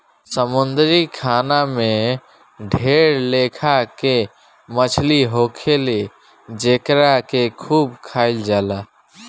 समुंद्री खाना में ढेर लेखा के मछली होखेले जेकरा के खूब खाइल जाला